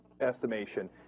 estimation